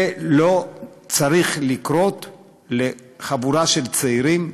זה לא צריך לקרות לחבורה של צעירים,